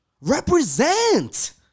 Represent